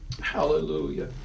Hallelujah